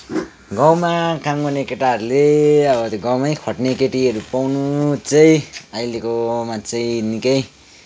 गाँउमा काम गर्ने केटाहरूले अब त्यो गाँउमै खट्ने केटीहरू पाउनु चाहिँ अहिलेको समयमा चाहिँ निकै